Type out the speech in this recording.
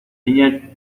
niña